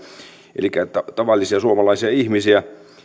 elikkä tavallisia suomalaisia ihmisiä